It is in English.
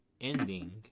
ending